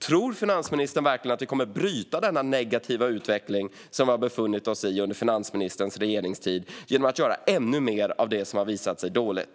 Tror finansministern verkligen att vi kommer att bryta denna negativa utveckling som vi har befunnit oss i under finansministerns regeringstid genom att göra ännu mer av det som har visat sig vara dåligt?